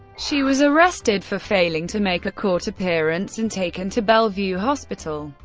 she was arrested for failing to make a court appearance and taken to bellevue hospital,